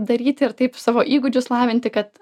daryti ir taip savo įgūdžius lavinti kad